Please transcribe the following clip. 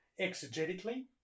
exegetically